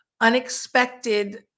unexpected